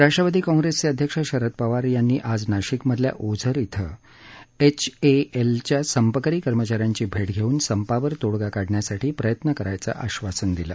राष्ट्रवादी काँग्रेसचे अध्यक्ष शरद पवार यांनी आज नाशिकमधल्या ओझर िंध एचएएलच्या संपकरी कर्मचा यांची भेट घेऊन संपावर तोडगा काढण्यासाठी प्रयत्न करण्याचं आश्वासन दिलं